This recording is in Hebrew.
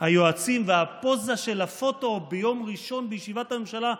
היועצים והפוזה של הפוטו ביום ראשון בישיבת הממשלה,